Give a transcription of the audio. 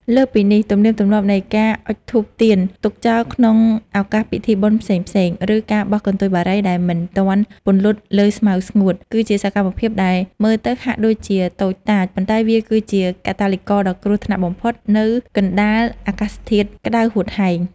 លើសពីនេះ ទំនៀមទម្លាប់នៃការអុជធូបទៀនទុកចោលក្នុងឱកាសពិធីបុណ្យផ្សេងៗ ឬការបោះកន្ទុយបារីដែលមិនទាន់ពន្លត់លើស្មៅស្ងួត គឺជាសកម្មភាពដែលមើលទៅហាក់ដូចជាតូចតាច ប៉ុន្តែវាគឺជាកាតាលីករដ៏គ្រោះថ្នាក់បំផុតនៅកណ្ដាលអាកាសធាតុក្ដៅហួតហែង។